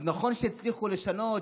אז נכון שהצליחו לשנות,